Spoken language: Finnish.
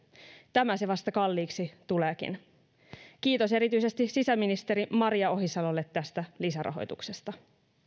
tämä se vasta kalliiksi tuleekin kiitos erityisesti sisäministeri maria ohisalolle tästä lisärahoituksesta